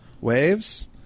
Waves